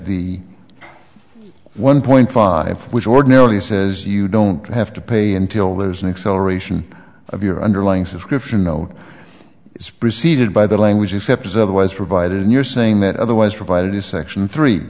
the one point five which ordinarily says you don't have to pay until there's an acceleration of your underlings of scription no it's preceded by the language except as otherwise provided and you're saying that otherwise provided is section three